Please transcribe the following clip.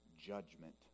judgment